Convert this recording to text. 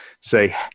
say